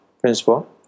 principle